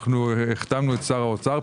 החתמנו את שר האוצר,